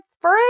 free